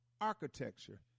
architecture